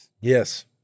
Yes